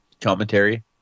commentary